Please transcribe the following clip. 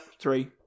Three